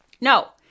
No